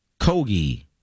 Kogi